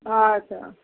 अच्छा